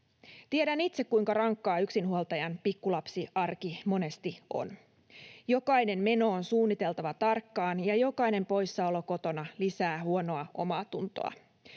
Tiedän itse, kuinka rankkaa yksinhuoltajan pikkulapsiarki monesti on. Jokainen meno on suunniteltava tarkkaan, ja jokainen poissaolo kotoa lisää huonoa omaatuntoa.